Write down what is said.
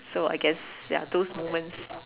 so I guess ya those moments